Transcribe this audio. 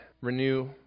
renew